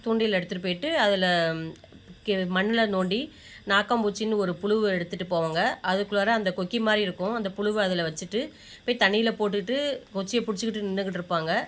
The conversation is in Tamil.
தூண்டில் எடுத்துகிட்டு போயிட்டு அதில் கெ மண்ணில் நோண்டி நாக்காம் பூச்சின்னு ஒரு புழுவ எடுத்துகிட்டு போவாங்க அதுக்குள்ளாரே அந்த கொக்கி மாதிரி இருக்கும் அந்த புழுவ அதில் வச்சுட்டு போய் தண்ணியில் போட்டுவிட்டு குச்சியை பிடிச்சிக்கிட்டு நின்றுக்கிட்ருப்பாங்க